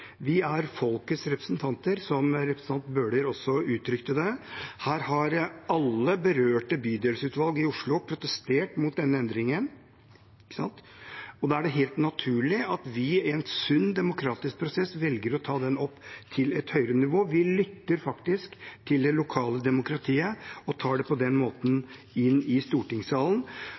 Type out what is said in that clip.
Vi er folkets representanter, slik representanten Bøhler også uttrykte det. Her har alle berørte bydelsutvalg i Oslo protestert mot denne endringen, og da er det helt naturlig at vi i en sunn demokratisk prosess velger å ta den opp til et høyere nivå. Vi lytter til det lokale demokratiet og tar det på den måten inn i stortingssalen.